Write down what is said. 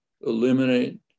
eliminate